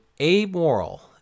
amoral